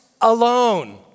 alone